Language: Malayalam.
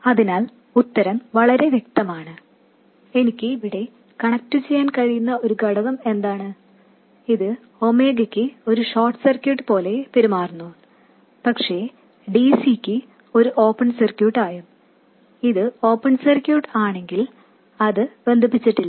അതിനാൽ ഉത്തരം വളരെ വ്യക്തമാണ് എനിക്ക് ഇവിടെ കണക്റ്റുചെയ്യാൻ കഴിയുന്ന ഒരു ഘടകം അത് ഒമേഗ നോട്ടിന് ഒരു ഷോർട്ട് സർക്യൂട്ട് പോലെ പെരുമാറുന്നു പക്ഷേ dc യക്ക് ഒരു ഓപ്പൺ സർക്യൂട്ട് ആവും അത് ഓപ്പൺ സർക്യൂട്ട് ആണെങ്കിൽ അത് ബന്ധിപ്പിച്ചിട്ടില്ല